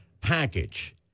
package